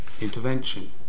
intervention